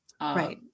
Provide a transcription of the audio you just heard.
Right